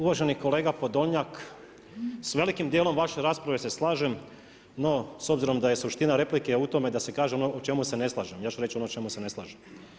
Uvaženi kolega Podolnjak, s velikim dijelom vaše rasprave se slažem no s obzirom da je suština replike u tome da se kaže ono o čemu se ne slažem, ja ću reći ono u čemu se ne slažem.